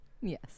yes